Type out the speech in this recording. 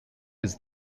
his